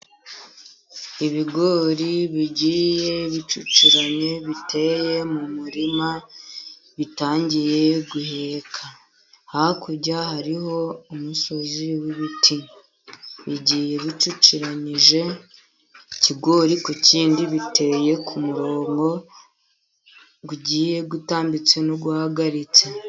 Ibigori bigiye bicukiranye biteye mu murima, bitangiye guheka. Hakurya hariho umusozi w'ibiti. Bigiye bicukiranyije, ikigori ku kindi, biteye ku murongo ugiye utambitse, n'uhagaritse.